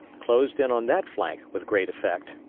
closed in on that flank with great effect.